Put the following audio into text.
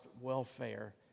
welfare